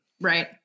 Right